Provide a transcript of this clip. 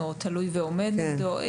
או: "תלוי ועומד נגדו".